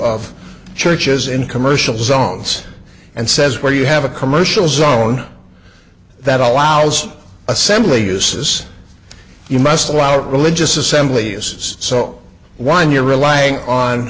of churches in commercial zones and says where you have a commercial zone that allows assembly uses you must allow religious assembly is so one you're relying on